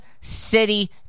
City